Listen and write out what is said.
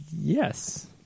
Yes